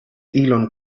elon